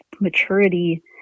maturity